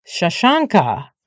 Shashanka